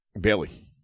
Bailey